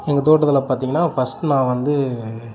எங்கள் தோட்டத்தில் பார்த்திங்கனா ஃபர்ஸ்ட் நான் வந்து